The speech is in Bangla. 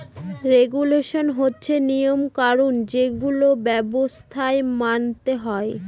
রেগুলেশন হচ্ছে নিয়ম কানুন যেগুলো ব্যবসায় মানতে হয়